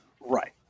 Right